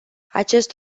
acest